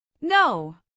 No